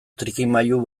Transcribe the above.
trikimailu